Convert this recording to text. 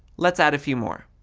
let's add a few more.